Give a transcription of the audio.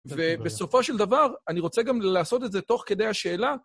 ובסופו של דבר, אני רוצה גם לעשות את זה תוך כדי השאלה.